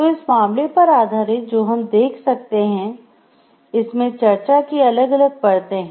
तो इस मामले पर आधारित जो हम देख सकते हैं इसमें चर्चा की अलग अलग परतें हैं